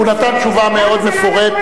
לא לא, הוא נתן תשובה מאוד מפורטת.